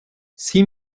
six